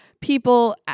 people